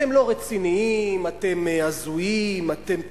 אתם לא רציניים, אתם הזויים, אתם תלושים,